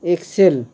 excel